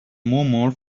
murmur